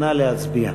נא להצביע.